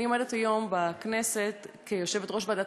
אני עומדת היום בכנסת כיושבת-ראש ועדת